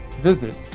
visit